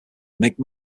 make